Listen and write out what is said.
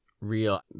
real